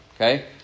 okay